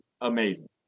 amazing